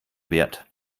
wert